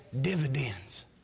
dividends